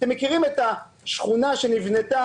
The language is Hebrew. אתם מכירים את השכונה שנבנתה